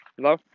Hello